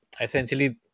essentially